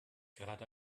gerade